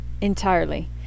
entirely